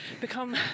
become